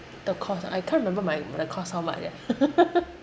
the cost I can't remember my my cost how much eh